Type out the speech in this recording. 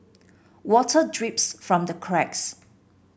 water drips from the cracks